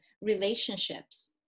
relationships